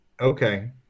Okay